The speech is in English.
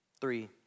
three